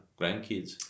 grandkids